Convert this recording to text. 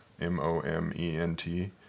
M-O-M-E-N-T